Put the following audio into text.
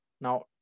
Now